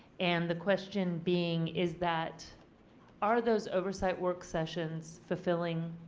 and the question being is that are those oversight work sessions fulfilling